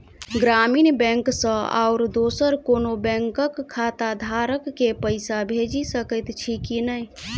ग्रामीण बैंक सँ आओर दोसर कोनो बैंकक खाताधारक केँ पैसा भेजि सकैत छी की नै?